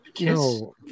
No